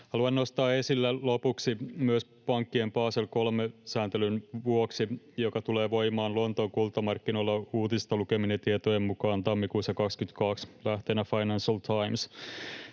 lopuksi nostaa asian esille myös pankkien Basel III ‑sääntelyn vuoksi, joka tulee voimaan Lontoon kultamarkkinoilla uutisista lukemieni tietojen mukaan tammikuussa 22, lähteenä Financial Times.